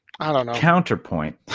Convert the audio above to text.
counterpoint